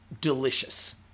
delicious